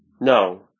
No